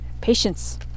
Patience